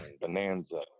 Bonanza